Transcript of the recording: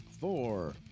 Four